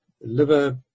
liver